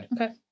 Okay